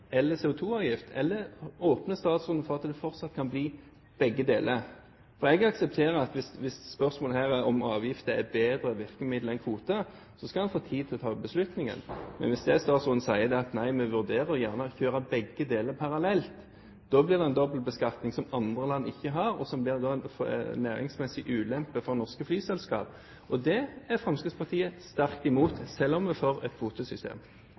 fortsatt kan bli begge deler? Jeg aksepterer hvis spørsmålet her er om avgifter er et bedre virkemiddel enn kvoter, at han skal få tid til å ta beslutningen. Men hvis statsråden sier at nei, vi vurderer gjerne å kjøre begge deler parallelt, blir det en dobbeltbeskatning som andre land ikke har, og som næringsmessig blir en ulempe for norske flyselskap. Det er Fremskrittspartiet sterkt imot, selv om vi er for et kvotesystem.